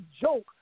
joke